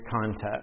context